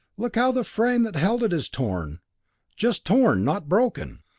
look how the frame that held it is torn just torn, not broken.